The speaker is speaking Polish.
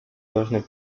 ważne